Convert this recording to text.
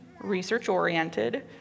research-oriented